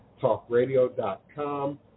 talkradio.com